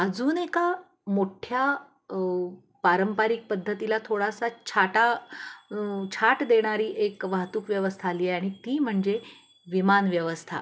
अजून एका मोठ्या पारंपारिक पद्धतीला थोडासा छाटा छाट देणारी एक वाहतूक व्यवस्था आलीय आणि ती म्हणजे विमान व्यवस्था